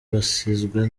basizwe